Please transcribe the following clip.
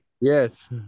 Yes